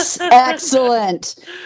Excellent